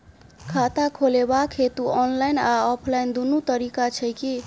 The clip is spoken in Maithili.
खाता खोलेबाक हेतु ऑनलाइन आ ऑफलाइन दुनू तरीका छै की?